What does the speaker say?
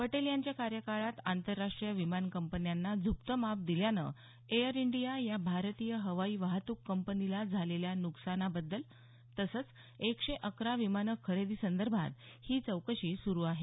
पटेल यांच्या कार्यकाळात आंतरराष्ट्रीय विमान कंपन्यांना झुकतं माप दिल्यानं एअर इंडिया या भारतीय हवाई वाहतुक कंपनीला झालेल्या नुकसानाबद्दल तसंच एकशे अकरा विमानं खरेदीसंदर्भात ही चौकशी सुरू आहे